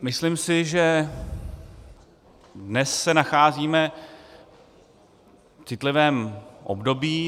Myslím si, že dnes se nacházíme v citlivém období.